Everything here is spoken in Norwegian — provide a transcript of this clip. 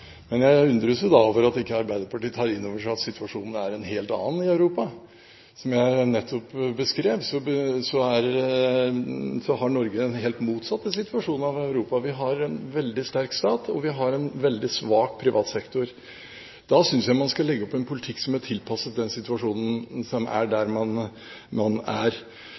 Men jeg undres jo over at ikke Arbeiderpartiet tar inn over seg at situasjonen er en helt annen i Europa. Som jeg nettopp beskrev, har Norge den helt motsatte situasjon av den i Europa for øvrig. Vi har en veldig sterk stat, og vi har en veldig svak privat sektor. Da synes jeg man skal legge opp en politikk som er tilpasset den situasjonen som er der man er.